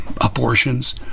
abortions